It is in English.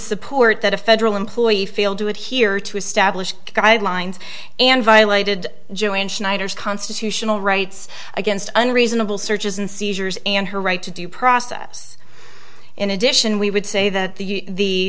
support that a federal employee failed to it here to establish guidelines and violated joined schneider's constitutional rights against unreasonable searches and seizures and her right to due process in addition we would say that the